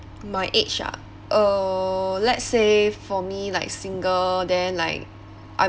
my age ah uh let's say for me like single then like I'm